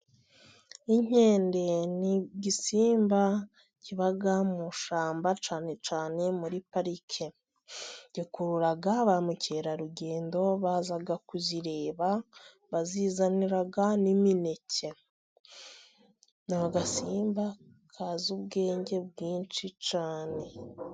Inkende ni igisimba kiba mu ishyamba cyane cyane muri parike, gakurura ba mukerarugendo baza kuzireba, bazizanira n'imineke. Ni agasimba kazi ubwenge bwinshi cyane.